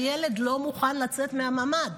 הילד לא מוכן לצאת מהממ"ד.